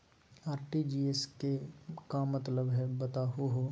RTGS के का मतलब हई, बताहु हो?